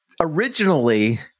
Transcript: originally